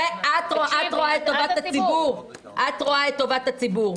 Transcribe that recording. את רואה את טובת הציבור?